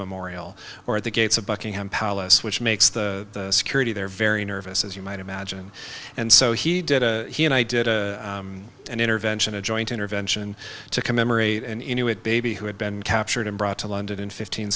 memorial or at the gates of buckingham palace which makes the security there very nervous as you might imagine and so he did a he and i did an intervention a joint intervention to commemorate and you know it baby who had been captured and brought to london in fifteen